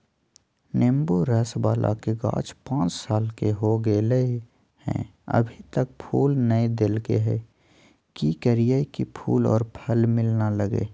नेंबू रस बाला के गाछ पांच साल के हो गेलै हैं अभी तक फूल नय देलके है, की करियय की फूल और फल मिलना लगे?